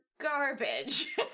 garbage